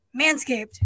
manscaped